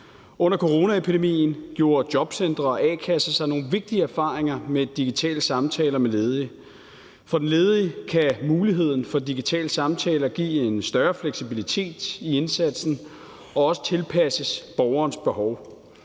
Under coronaepidemien gjorde jobcentre og a-kasser sig nogle vigtige erfaringer med digitale samtaler med ledige. For den ledige kan muligheden for digitale samtaler give en større fleksibilitet i indsatsen og også tilpasses borgerens behov.